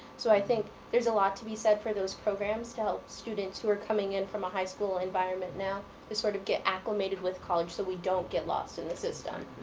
so i think there's a lot to be said for those programs to help students who are coming in from a high school environment now to sort of get acclimated with college so we don't get lost in the system.